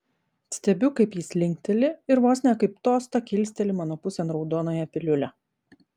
stebiu kaip jis linkteli ir vos ne kaip tostą kilsteli mano pusėn raudonąją piliulę